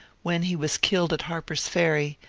when he was killed at harper's ferry,